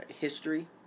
history